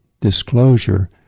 disclosure